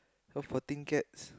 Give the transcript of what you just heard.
so poor thing cats